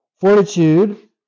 Fortitude